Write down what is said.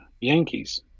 Yankees